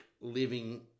living